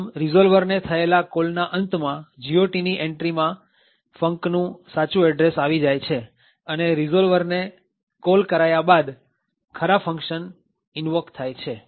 આમ રીઝોલ્વર ને થયેલા કોલના અંતમાં GOTની એન્ટ્રીમાં funcનું સાચું એડ્રેસ આવી જાય છે અને રીઝોલ્વર ને કોલ કરાયા બાદ ખરા ફંક્શન ઇન્વોક થાય છે